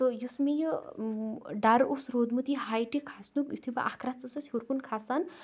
تہٕ یُس مےٚ یہِ ڈر اوس روٗدمُت یہِ ہایٹہِ کَھسنُک یُتھی بہٕ اکھ رَژھ ٲسس ہیور کُن کَھسان